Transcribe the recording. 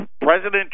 President